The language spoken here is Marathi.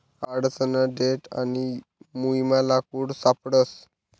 आडसना देठ आणि मुयमा लाकूड सापडस